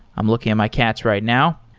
i'm looking at my cats right now,